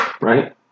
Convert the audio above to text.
Right